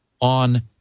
on